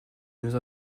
nous